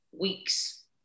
weeks